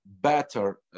better